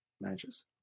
matches